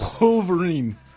Wolverine